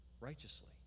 righteously